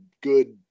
good